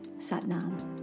Satnam